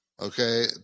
Okay